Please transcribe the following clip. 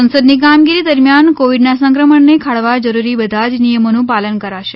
સંસદની કામગીરી દરમિયાન કોવિડના સંક્રમણને ખાળવા જરૂરી બધા જ નિયમોનું પાલન કરાશે